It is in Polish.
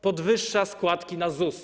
Podwyższa składki na ZUS.